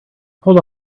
hold